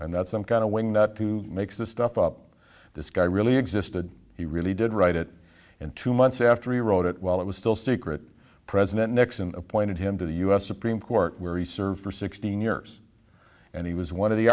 and that some kind of wingnut to make this stuff up this guy really existed he really did write it and two months after he wrote it while it was still secret president nixon appointed him to the u s supreme court where he served for sixteen years and he was one of the